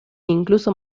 incluso